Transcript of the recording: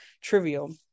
trivial